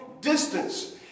distance